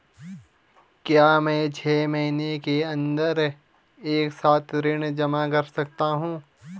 क्या मैं छः महीने के अन्दर एक साथ ऋण जमा कर सकता हूँ?